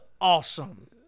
awesome